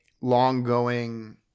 long-going